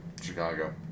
Chicago